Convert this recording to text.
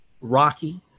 rocky